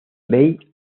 bay